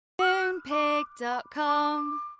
Moonpig.com